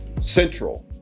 central